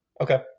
Okay